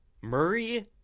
Murray